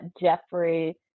Jeffrey